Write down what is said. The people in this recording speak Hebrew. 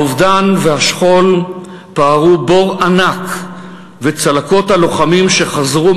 האובדן והשכול פערו בור ענק, וצלקות הלוחמים שחזרו